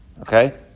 Okay